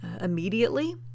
immediately